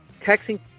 texting